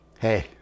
Hey